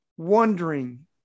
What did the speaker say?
wondering